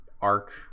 arc